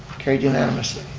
carried unanimously.